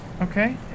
Okay